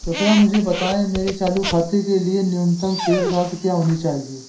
कृपया मुझे बताएं मेरे चालू खाते के लिए न्यूनतम शेष राशि क्या होनी चाहिए?